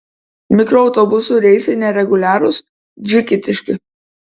mikroautobusų reisai nereguliarūs džigitiški